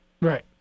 Right